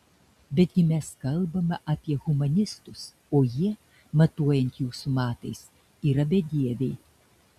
betgi mes kalbame apie humanistus o jie matuojant jūsų matais yra bedieviai